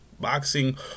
Boxing